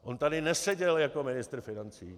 On tady neseděl jako ministr financí.